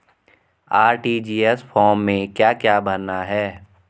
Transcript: RTGS form में क्या क्या भरना है?